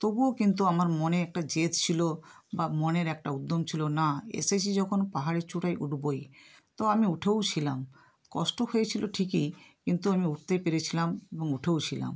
তবুও কিন্তু আমার মনে একটা জেদ ছিল বা মনের একটা উদ্যম ছিল না এসেছি যখন পাহাড়ের চূড়ায় উঠবই তো আমি উঠেও ছিলাম কষ্ট হয়েছিল ঠিকই কিন্তু আমি উঠতে পেরেছিলাম এবং উঠেও ছিলাম